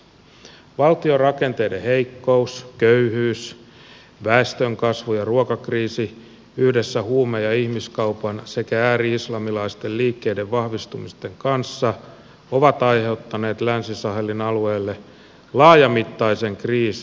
valtion rakenteiden heikkous köyhyys väestönkasvu ja ruokakriisi yhdessä huume ja ihmiskaupan sekä ääri islamilaisten liikkeiden vahvistumisen kanssa ovat aiheuttaneet länsi sahelin alueelle laajamittaisen kriisin